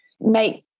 make